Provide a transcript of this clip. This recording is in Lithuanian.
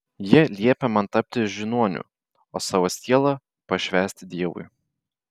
jie liepė man tapti žiniuoniu o savo sielą pašvęsti dievui